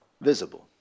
visible